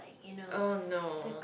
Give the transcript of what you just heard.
oh no